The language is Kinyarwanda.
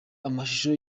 amashusho